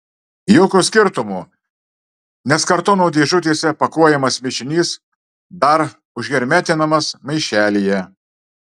jokio skirtumo nes kartono dėžutėse pakuojamas mišinys dar užhermetinamas maišelyje